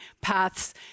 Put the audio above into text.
paths